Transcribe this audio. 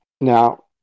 Now